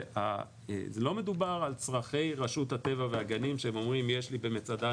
שלא מדובר על צרכי רשות הטבע והגנים שאומרים 'יש לי במצדה,